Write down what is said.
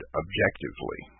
objectively